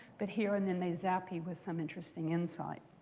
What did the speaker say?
but here and then they zap you with some interesting insight.